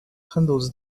handles